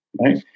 right